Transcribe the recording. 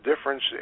difference